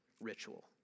ritual